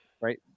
right